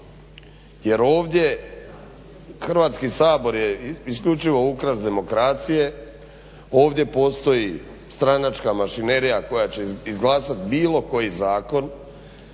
Jer ovdje Hrvatski sabor je isključivo ukras demokracije, ovdje postoji stranačka mašinerija koja će izglasat bilo koji zakon